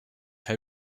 how